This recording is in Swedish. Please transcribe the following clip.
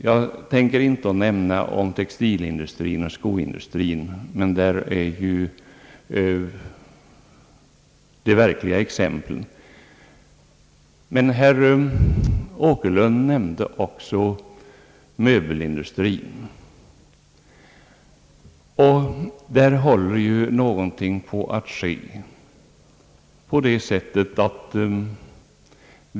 Jag tänker inte nämna textilindustrin och skoindustrin, men där finns ju de mest typiska exemplen. Herr Åkerlund nämnde också möbelindustrin, och där håller någonting på att ske.